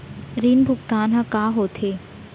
ऋण भुगतान ह का होथे?